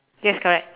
yes correct